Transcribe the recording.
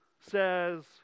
says